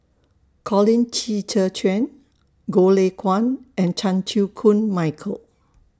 Colin Qi Zhe Quan Goh Lay Kuan and Chan Chew Koon Michael